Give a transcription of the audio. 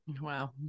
Wow